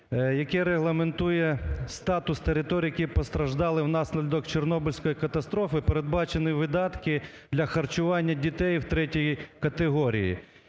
яке регламентує статус територій, які постраждали внаслідок Чорнобильської катастрофи, передбачені видатки для харчування дітей ІІІ категорії.